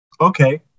Okay